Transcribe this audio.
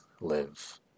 live